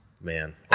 Man